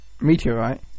Meteorite